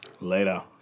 Later